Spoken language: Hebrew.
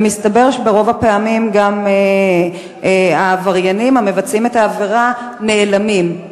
ומסתבר שברוב הפעמים גם העבריינים המבצעים את העבירה נעלמים,